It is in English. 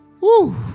woo